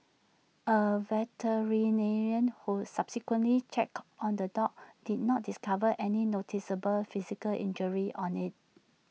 A veterinarian who subsequently checked on the dog did not discover any noticeable physical injuries on IT